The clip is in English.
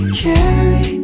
carry